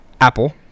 Apple